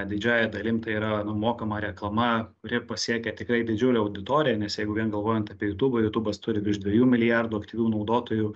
didžiąja dalim tai yra nu mokama reklama kuri pasiekia tikrai didžiulę auditoriją nes jeigu vien galvojant apie jutūbą jutūbas turi virš dviejų milijardų aktyvių naudotojų